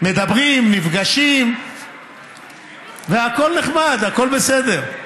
מדברים, נפגשים והכול נחמד, הכול בסדר.